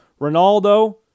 Ronaldo